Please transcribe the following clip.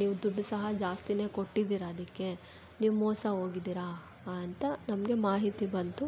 ನೀವು ದುಡ್ಡು ಸಹ ಜಾಸ್ತಿನೇ ಕೊಟ್ಟಿದ್ದೀರ ಅದಕ್ಕೆ ನೀವು ಮೋಸ ಹೋಗಿದ್ದೀರಾ ಅಂತ ನಮಗೆ ಮಾಹಿತಿ ಬಂತು